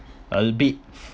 a bit